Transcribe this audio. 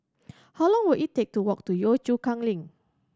how long will it take to walk to Yio Chu Kang Link